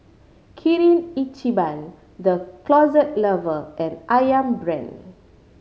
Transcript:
Kirin Ichiban The Closet Lover and Ayam Brand